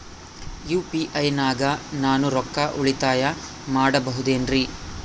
UPI ನಾಗ ನಾನು ರೊಕ್ಕ ಉಳಿತಾಯ ಮಾಡಬಹುದೇನ್ರಿ?